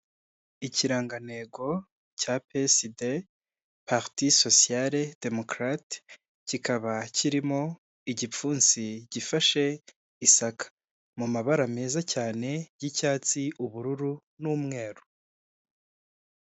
Ikirangantego cya PSD parti sociales democrate, kikaba kirimo igipfunsi gifashe isaka, mu mabara meza cyane y'icyatsi, ubururu n'umweru.